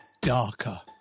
Darker